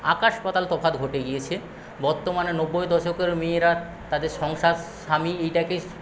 আকাশপাতাল তফাৎ ঘটে গিয়েছে বর্তমানে নব্বই দশকের মেয়েরা তাদের সংসার স্বামী এইটাকে